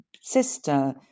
sister